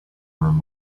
room